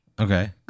Okay